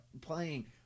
playing